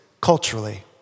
culturally